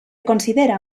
considera